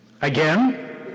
Again